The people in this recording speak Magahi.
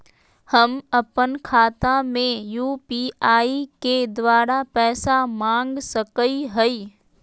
हम अपन खाता में यू.पी.आई के द्वारा पैसा मांग सकई हई?